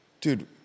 dude